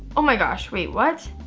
oh my gosh, wait what?